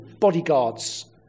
bodyguards